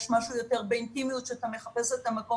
יש משהו יותר באינטימיות שאתה מחפש את המקום